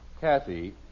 Kathy